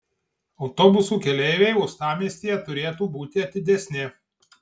autobusų keleiviai uostamiestyje turėtų būti atidesni